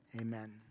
Amen